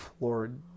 Lord